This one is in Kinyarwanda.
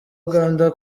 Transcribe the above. uganda